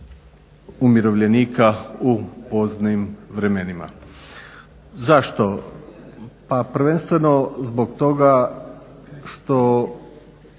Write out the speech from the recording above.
umirovljenika u poznim vremenima. Zašto? Pa prvenstveno zbog toga što